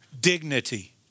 dignity